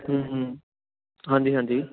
ਹੂੰ ਹੂੰ ਹਾਂਜੀ ਹਾਂਜੀ